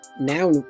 now